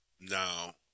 now –